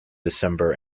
december